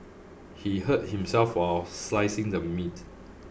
he hurt himself while slicing the meat